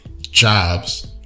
jobs